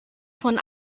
von